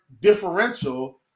differential